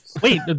Wait